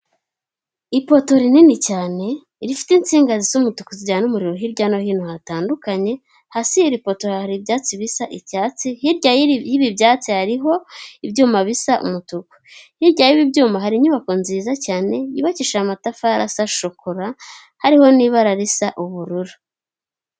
Ipoto rinini cyane rifite insingazi z'umutuku zijyana umuriro hirya no hino hatandukanye, hasi hari ipoto hari ibyatsi bisa icyatsi hirya, y'ibi y'ibi byatsi hariho ibyuma bisa umutuku, hirya y'ibi ibyuma hari inyubako nziza cyane yubakishije amatafari asa shokora, hariho n'ibara risa ubururu.